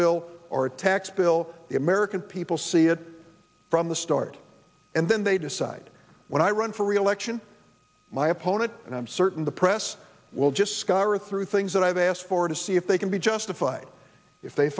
bill or a tax bill the american people see it from the start and then they decide when i run for reelection my opponent and i'm certain the press will just scar a through things that i've asked for to see if they can be justified if they